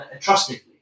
trustingly